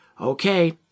okay